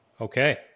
Okay